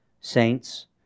saints